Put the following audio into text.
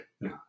No